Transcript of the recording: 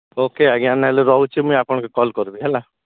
okay ଆଜ୍ଞା ନ ହେଲେ ରହୁଛି ମୁଇଁ ଆପଣଙ୍କେ କଲ୍ କରିବି ହେଲା